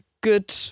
good